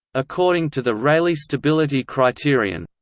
according to the rayleigh stability criterion?